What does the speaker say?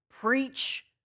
preach